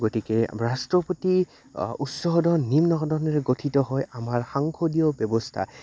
গতিকে ৰাষ্ট্ৰপতি উচ্চ সদন নিম্ন সদনেৰে গঠিত হয় আমাৰ সাংসদীয় ব্যৱস্থা